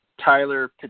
Tyler